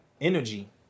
energy